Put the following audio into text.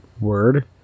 word